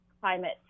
climate